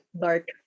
dark